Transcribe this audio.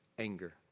anger